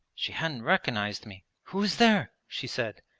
she hadn't recognized me. who is there? she said,